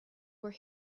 were